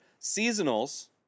seasonals